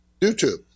YouTube